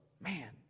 man